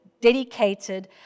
dedicated